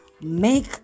make